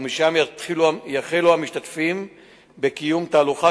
ומשם יחלו המשתתפים בקיום תהלוכה,